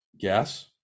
gas